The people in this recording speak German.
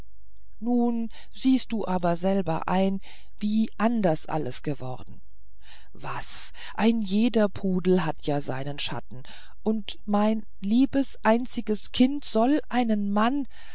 nun siehst du selber ein wie anders alles geworden was ein jeder pudel hat ja seinen schatten und mein liebes einziges kind sollte einen mann